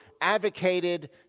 advocated